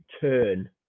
turn